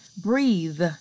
breathe